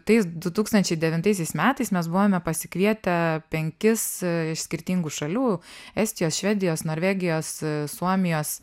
tais du tūkstančiai devintaisiais metais mes buvome pasikvietę penkis iš skirtingų šalių estijos švedijos norvegijos suomijos